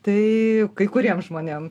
tai kai kuriem žmonėm